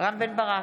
רם בן ברק,